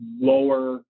lower